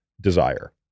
Desire